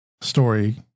story